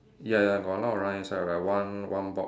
ya ya got a lot of lines ah like one one box